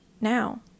now